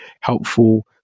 helpful